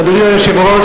אדוני היושב-ראש,